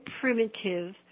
primitive